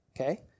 Okay